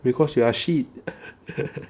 because you are a shit